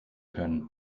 können